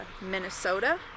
Minnesota